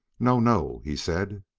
no! no! he said.